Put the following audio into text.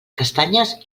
castanyes